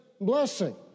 blessing